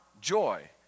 joy